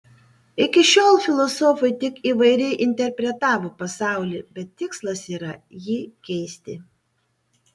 iki šiol filosofai tik įvairiai interpretavo pasaulį bet tikslas yra jį keisti